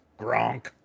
Gronk